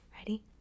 Ready